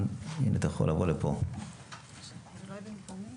כמה מתנדבים,